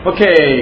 Okay